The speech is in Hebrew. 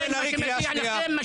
מירב בן ארי, קריאה שנייה.